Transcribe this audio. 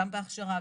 גם בהכשרה,